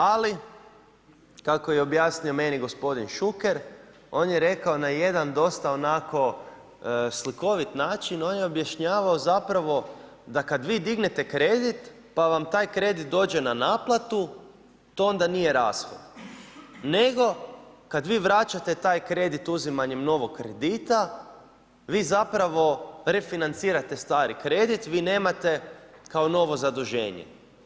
Ali kako je objasnio meni gospodin Šuker, on je rekao na jedan dosta onako slikovit način, on je objašnjavao zapravo da kad vi dignete kredit pa vam taj kredit dođe na naplatu, to onda nije rashod, nego kad vi vraćate taj kredit uzimanjem novog kredita vi zapravo refinancirate stari kredit, vi nemate kao novo zaduženje.